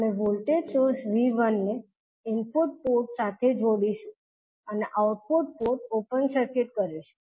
આપણે voltage source 𝐕1 ને input port સાથે જોડીશું અને આઉટપુટ પોર્ટ ઓપન સર્કિટ કરીશું